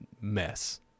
mess